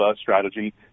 strategy